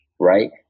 right